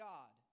God